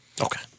Okay